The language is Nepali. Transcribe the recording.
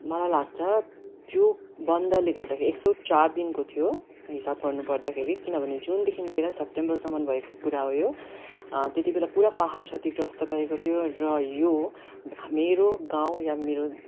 मलाई लाग्छ त्यो बन्दले गर्दाखेरि एक सय चार दिनको थियो हिसाब गर्नु पर्दाखेरि किन भनेदेखि जुनदेखि लिएर सेप्टेम्बरसम्म भएको कुरा हो यो त्यतिबेला पुरा पाहाड क्षतिग्रस्त भएको थियो र यो मेरो गाउँ या मेरो